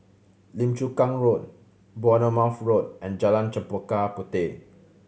Lim Chu Kang Road Bournemouth Road and Jalan Chempaka Puteh